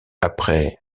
après